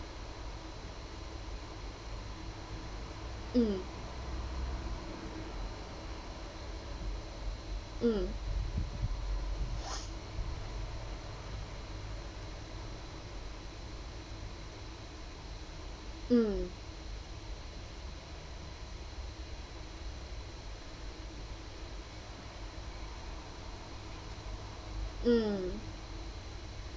mm mm mm mm